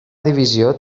divisió